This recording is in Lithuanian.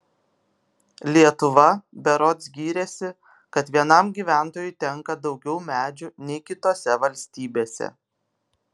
lietuva berods gyrėsi kad vienam gyventojui tenka daugiau medžių nei kitose valstybėse